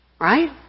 Right